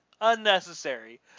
Unnecessary